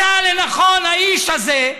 מצא לנכון האיש הזה,